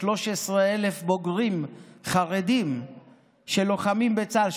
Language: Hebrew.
13,000 בוגרים חרדים שלוחמים בצה"ל,